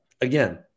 again